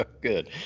Good